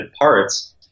parts